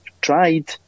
tried